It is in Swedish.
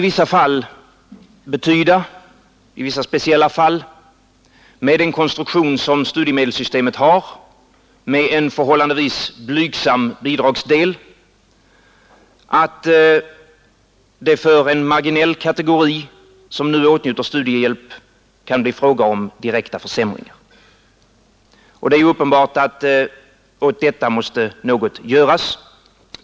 Med den konstruktion studiemedelssystemet har — med en förhållandevis blygsam bidragsdel — kan vårt förslag betyda att det för en marginell kategori, som nu uppbär studiehjälp, kan bli fråga om direkta försämringar. Det är uppenbart att något måste göras åt detta.